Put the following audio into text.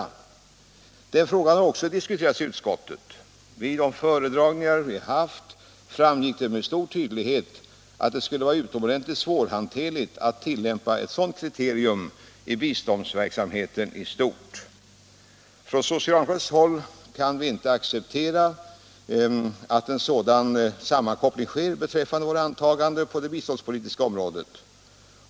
Även den frågan har diskuterats i utskottet. Vid de föredragningar vi hade framgick med stor tydlighet att det skulle vara utomordentligt svårt att tillämpa ett sådant kriterium för biståndsverksamheten i stort. Från socialdemokratiskt håll kan vi inte acceptera att en sådan sammankoppling sker beträffande våra åtaganden på det biståndspolitiska området.